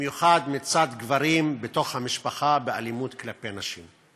במיוחד מצד גברים בתוך המשפחה באלימות כלפי נשים.